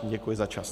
Děkuji za čas.